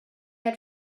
had